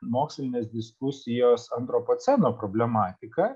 mokslinės diskusijos antropoceno problematika